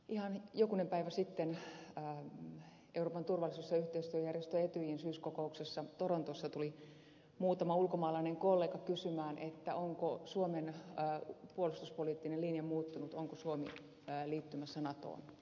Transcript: ihan jokunen päivä sitten euroopan turvallisuus ja yhteistyöjärjestön etyjin syyskokouksessa torontossa tuli muutama ulkomaalainen kollega kysymään onko suomen puolustuspoliittinen linja muuttunut onko suomi liittymässä natoon